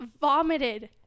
vomited